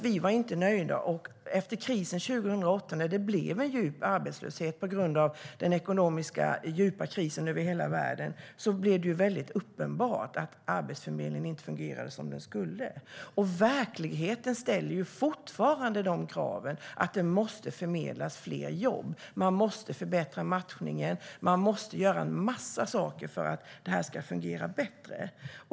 Vi var inte nöjda. År 2008 blev det en omfattande arbetslöshet på grund av den djupa krisen i ekonomin över hela världen. Då blev det uppenbart att Arbetsförmedlingen inte fungerade som den skulle. Verkligheten ställer fortfarande kraven att det måste förmedlas fler jobb. Matchningen måste förbättras. En mängd saker måste göras för att matchningen ska fungera bättre.